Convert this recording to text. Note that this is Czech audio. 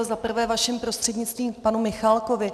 Za prvé vaším prostřednictvím k panu Michálkovi.